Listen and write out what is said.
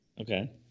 Okay